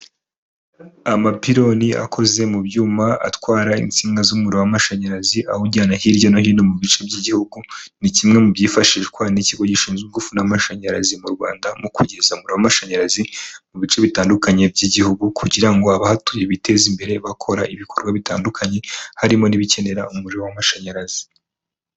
Amapironi akoze mu byuma atwara insinga z'umuriro w'amashanyarazi awujyana hirya no hino mu bice by'igihugu, ni kimwe mu byifashishwa n'ikigo gishinzwe ingufu n'amashanyarazi mu Rwanda mu kugeza umuriro w'amashanyarazi mu bice bitandukanye by'igihugu, kugira ngo abahatuye biteze imbere bakora ibikorwa bitandukanye harimo n'ibikenera umuriro w'amashanyarazi.